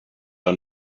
are